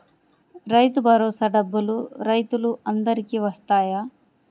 రైతు భరోసా డబ్బులు రైతులు అందరికి వస్తాయా?